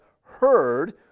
heard